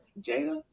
Jada